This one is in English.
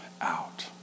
out